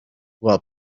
while